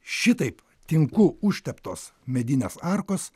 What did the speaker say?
šitaip tinku užteptos medinės arkos